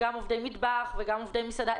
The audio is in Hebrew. אגב, גם עובדי מטבח וגם עובדי מסעדה.